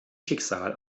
schicksal